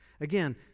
Again